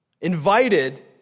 invited